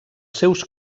seus